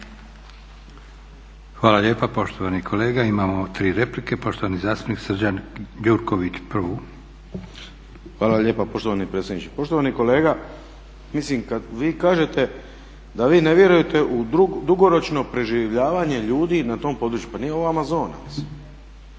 Hvala lijepa poštovani kolega. Imamo 3 replike. Poštovani zastupnik Srđan Gjurković prvu. **Gjurković, Srđan (HNS)** Hvala lijepa poštovani predsjedniče. Poštovani kolega, mislim kad vi kažete da vi ne vjerujete u dugoročno preživljavanje ljudi na tom području, pa nije ovo Amazona